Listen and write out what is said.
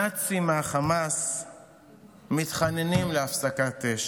הנאצים מחמאס מתחננים להפסקת אש.